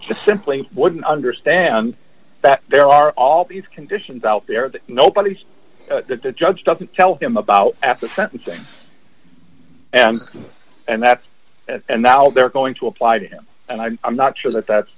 simply wouldn't understand that there are all these conditions out there that nobody's that the judge doesn't tell him about at the sentencing and that's and now they're going to apply to him and i'm not sure that that's